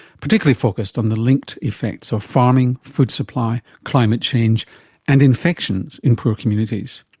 particularly focused on the linked effects of farming, food supply, climate change and infections in poor communities.